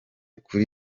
kuri